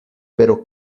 pero